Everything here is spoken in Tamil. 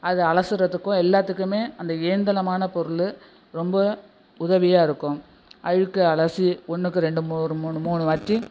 அதை அலசுரதுக்கும் எல்லாத்துக்குமே அந்த பொருள் ரொம்ப உதவியாக இருக்கும் அழுக்கு அலசி ஒன்றுக்கு ரெண்டு ஒரு மூணு மூணு வாட்டி